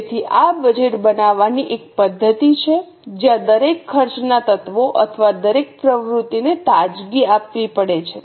તેથી આ બજેટ બનાવવાની એક પદ્ધતિ છે જ્યાં દરેક ખર્ચના તત્વો અથવા દરેક પ્રવૃત્તિને તાજગી આપવી પડે છે